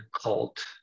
cult